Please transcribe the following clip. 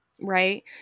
right